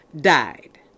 died